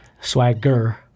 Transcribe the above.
Swagger